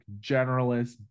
generalist